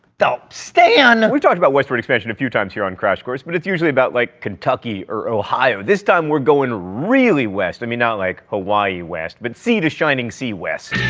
stan! we've talked about westward expansion a few times here on crash course, but it's usually about, like, kentucky or ohio. this time we're going really west, i mean, not like hawaii west, but sea to shining sea west.